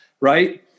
right